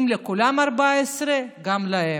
אם לכולם 14, גם להם,